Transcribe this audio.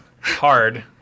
hard